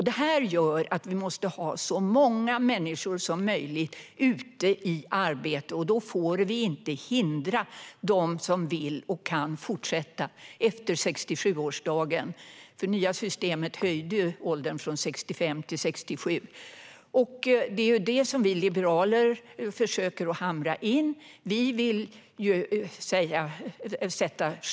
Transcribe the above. Detta gör att så många människor som möjligt måste vara ute i arbete. Då får vi inte hindra dem som vill och kan fortsätta arbeta efter 67-årsdagen. I det nya systemet höjdes nämligen den övre pensionsåldern från 65 år till 67 år. Vi liberaler försöker hamra in detta.